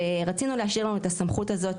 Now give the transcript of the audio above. ורצינו להשאיר לנו את הסמכות הזאת